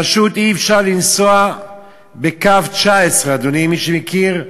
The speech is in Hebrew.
פשוט אי-אפשר לנסוע בקו 19, אדוני, מי שמכיר,